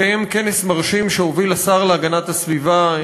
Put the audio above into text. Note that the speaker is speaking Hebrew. התקיים כנס מרשים שהוביל השר להגנת הסביבה,